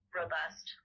robust